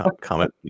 comment